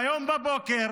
היום בבוקר,